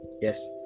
yes